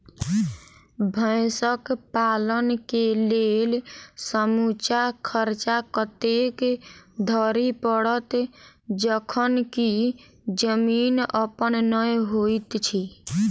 भैंसक पालन केँ लेल समूचा खर्चा कतेक धरि पड़त? जखन की जमीन अप्पन नै होइत छी